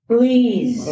Please